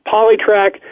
Polytrack